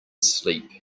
sleep